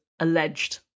alleged